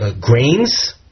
grains